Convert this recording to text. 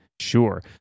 Sure